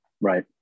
Right